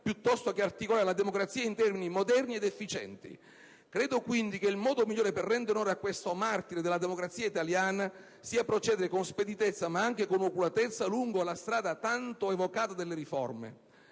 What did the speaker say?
piuttosto che articolare la democrazia in termini moderni ed efficienti. Credo quindi che il modo migliore per rendere onore a questo martire della democrazia italiana sia procedere con speditezza, ma anche con oculatezza, lungo la strada tanto evocata delle riforme.